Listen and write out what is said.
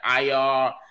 IR